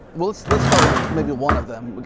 well let's let's start with maybe one of them.